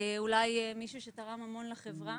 מישהו שתרם המון לחברה,